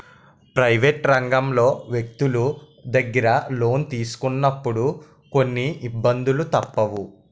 private రంగంలో వ్యక్తులు దగ్గర లోను తీసుకున్నప్పుడు కొన్ని ఇబ్బందులు తప్పవు